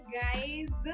guys